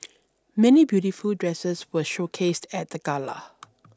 many beautiful dresses were showcased at the gala